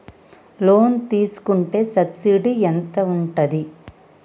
Loan తీసుకుంటే subsidy ఎంత ఉంటది?